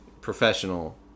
professional